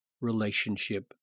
relationship